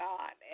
God